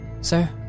sir